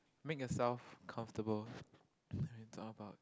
make yourself comfortable and talk about